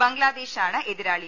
ബംഗ്ലാദേശാണ് എതിരാളി